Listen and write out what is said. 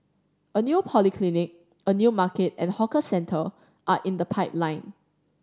a new polyclinic a new market and hawker centre are in the pipeline